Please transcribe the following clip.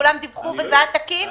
כולם דיווחו וזה היה תקין?